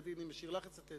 אחרת הייתי משאיר לך לצטט.